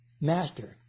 master